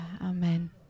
amen